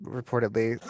reportedly